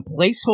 placeholder